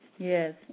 Yes